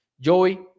Joey